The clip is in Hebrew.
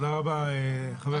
תודה רבה, חבר הכנסת סופר.